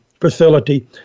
facility